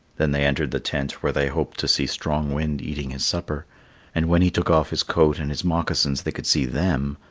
then they entered the tent where they hoped to see strong wind eating his supper and when he took off his coat and his moccasins they could see them,